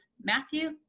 Matthew